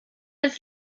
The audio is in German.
jetzt